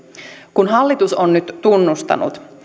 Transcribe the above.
kun hallitus on nyt tunnustanut